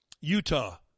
Utah